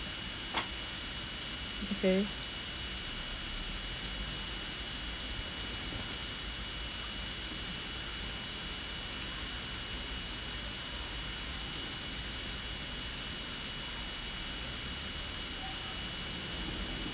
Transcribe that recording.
okay